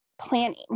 planning